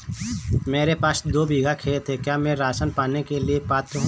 मेरे पास दो बीघा खेत है क्या मैं राशन पाने के लिए पात्र हूँ?